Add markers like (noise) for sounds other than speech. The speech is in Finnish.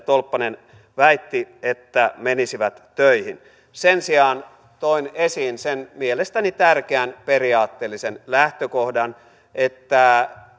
(unintelligible) tolppanen väitti että menisivät töihin sen sijaan toin esiin sen mielestäni tärkeän periaatteellisen lähtökohdan että (unintelligible)